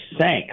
sank